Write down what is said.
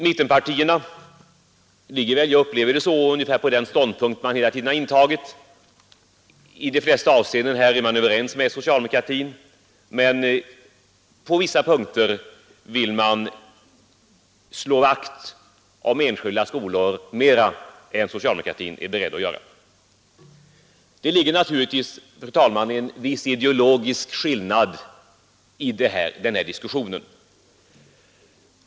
Mittenpartierna ligger vid ungefär den ståndpunkt som de hela tiden har intagit — jag upplever det så. I de flesta avseenden är man överens med socialdemokratin, men på vissa punkter vill man slå vakt om enskilda skolor mer än socialdemokratin är beredd att göra. Naturligtvis ligger det en viss ideologisk skillnad i denna diskussion.